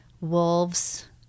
wolves